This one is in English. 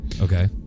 Okay